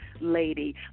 lady